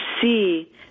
see